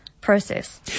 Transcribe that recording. Process